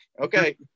Okay